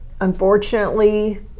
unfortunately